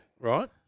right